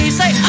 say